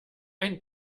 ein